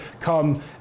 come